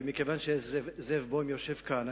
ומכיוון שזאב בוים יושב כאן,